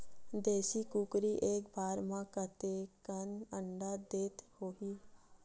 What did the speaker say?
देशी कुकरी एक बार म कतेकन अंडा देत होही?